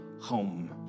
home